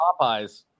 Popeyes